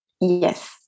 Yes